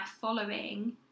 following